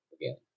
again